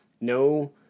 No